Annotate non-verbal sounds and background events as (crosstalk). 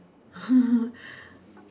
(laughs)